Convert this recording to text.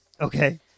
Okay